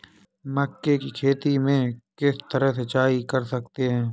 मक्के की खेती में किस तरह सिंचाई कर सकते हैं?